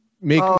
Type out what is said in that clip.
make